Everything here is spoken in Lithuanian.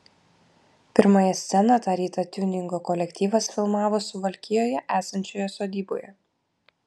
pirmąją sceną tą rytą tiuningo kolektyvas filmavo suvalkijoje esančioje sodyboje